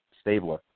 Stabler